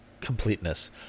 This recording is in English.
completeness